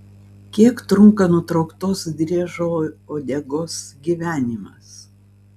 kiek trunka nutrauktos driežo uodegos gyvenimas